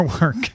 work